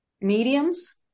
mediums